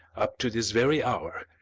up to this very hour,